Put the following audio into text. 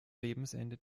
lebensende